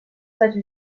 stati